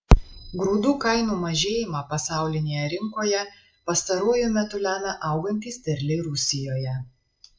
grūdų kainų mažėjimą pasaulinėje rinkoje pastaruoju metu lemia augantys derliai rusijoje